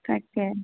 তাকে